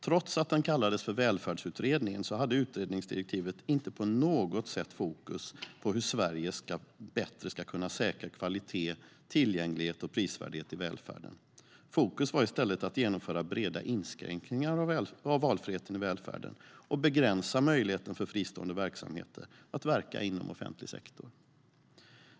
Trots att den kallades för Välfärdsutredningen hade utredningsdirektivet inte på något sätt fokus på hur Sverige bättre ska kunna säkra kvalitet, tillgänglighet och prisvärdhet i välfärden. Fokus var i stället att genomföra breda inskränkningar av valfriheten i välfärden och begränsa möjligheten för fristående verksamheter att verka inom offentlig sektor.